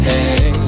Hey